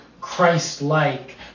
Christ-like